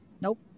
Nope